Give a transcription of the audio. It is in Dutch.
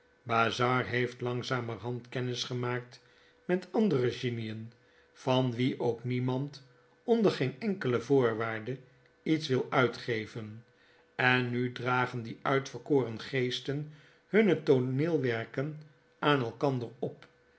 bazzard heeft langzamerhand kennis gemaakt met andere genieen van wie ook niemand onder gefcn enkele voorwaarde iets wil uitgeven en nu dragen die uitverkoren geesten hunne tooneelwerken aan elkander op